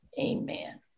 Amen